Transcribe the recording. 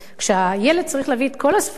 כשהילד צריך להביא את כל הספרים,